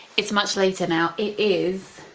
it's much later now, it is